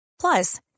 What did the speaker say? Plus